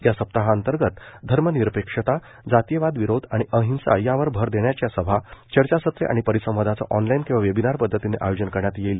या सप्ताहांतर्गत धर्मनिरपेक्षता जातीयवाद विरोध आणि अहिंसा यावर भर देणाऱ्या सभा चर्चासत्रे आणि परिसंवादाचं ऑनलाईन किंवा वेबिनार पद्धतीनं आयोजन करण्यात येईल